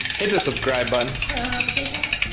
hit the subscribe button. turn on notifications.